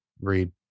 read